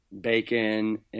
bacon